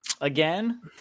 again